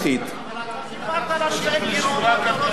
רבותי,